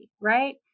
right